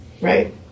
right